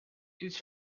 his